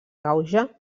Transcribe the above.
gauge